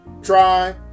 Try